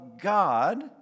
God